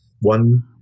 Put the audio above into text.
one